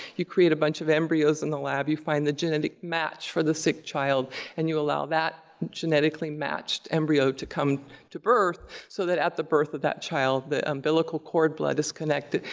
you create a bunch of embryos in the lab, you find the genetic match for the sick child and you allow that genetically matched embryo to come to birth so that at the birth of that child, the umbilical cord blood is collected,